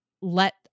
let